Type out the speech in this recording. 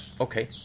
Okay